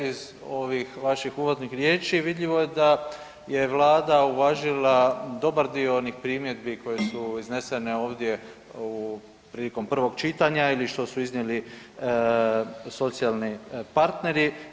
Iz ovih vaših uvodnih riječi vidljivo je da je Vlada uvažila dobar dio onih primjedbi koje su iznesene ovdje prilikom prvog čitanja ili što su iznijeli socijalni partneri.